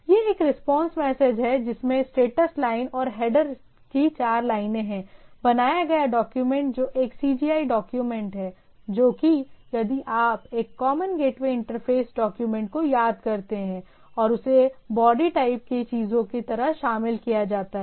यह एक response message है जिसमें स्टेटस लाइन और हेडर की चार लाइनें हैं बनाया गया डॉक्यूमेंट जो एक CGI डॉक्यूमेंट है जो कि यदि आप एक कॉमन गेटवे इंटरफ़ेस डॉक्यूमेंट को याद करते हैं और इसे बॉडी टाइप की चीजों की तरह शामिल किया जाता है